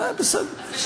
זה בסדר.